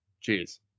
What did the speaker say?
Cheers